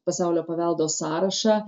pasaulio paveldo sąrašą